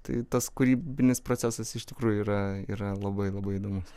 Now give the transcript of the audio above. tai tas kūrybinis procesas iš tikrųjų yra yra labai labai įdomus